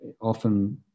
Often